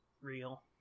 Real